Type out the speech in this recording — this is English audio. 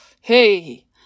hey